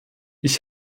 ich